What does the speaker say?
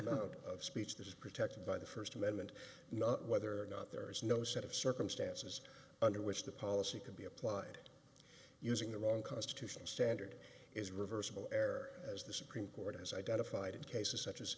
amount of speech that is protected by the first amendment not whether or not there is no set of circumstances under which the policy can be applied using the wrong constitutional standard is reversible error as the supreme court has identified cases such as